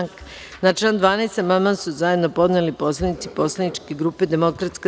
Na član 12. amandman su zajedno podneli poslanici Poslaničke grupe DS.